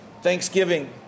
Thanksgiving